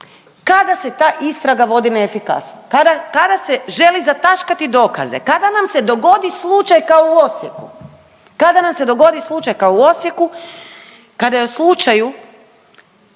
kada se ta istraga vodi neefikasno, kada, kada se želi zataškati dokaze, kada nam se dogodi slučaj kao u Osijeku, kada nam se dogodi slučaj kao u Osijeku kada je o slučaju